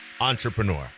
entrepreneur